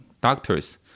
doctors